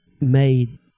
made